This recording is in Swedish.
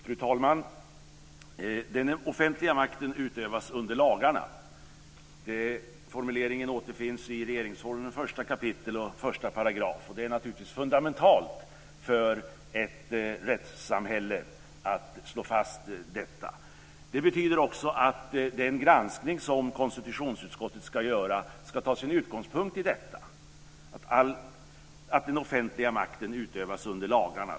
Fru talman! Den offentliga makten utövas under lagarna. Formuleringen återfinns i regeringsformen 1 kap. 1 §. Det är naturligtvis fundamentalt för ett rättssamhälle att slå fast detta. Det betyder också att den granskning som konstitutionsutskottet ska göra ska ta sin utgångspunkt i detta - att den offentliga makten utövas under lagarna.